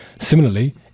Similarly